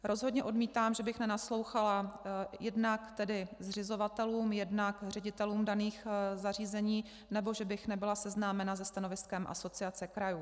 Rozhodně odmítám, že bych nenaslouchala jednak zřizovatelům, jednak ředitelům daných zařízení nebo že bych nebyla seznámena se stanoviskem Asociace krajů.